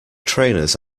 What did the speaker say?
trainers